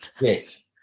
Yes